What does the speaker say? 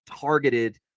targeted